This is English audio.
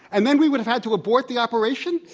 and then we would have have to abort the operation?